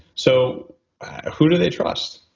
so who do they trust?